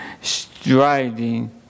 striding